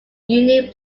union